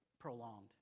prolonged